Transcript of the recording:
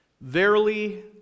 Verily